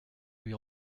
lui